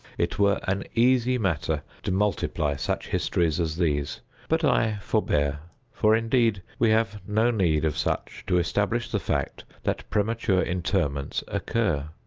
it were an easy matter to multiply such histories as these but i forbear for, indeed, we have no need of such to establish the fact that premature interments occur.